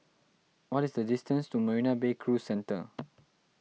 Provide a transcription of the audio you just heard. what is the distance to Marina Bay Cruise Centre